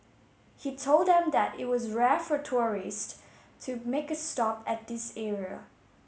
he told them that it was rare for tourists to make a stop at this area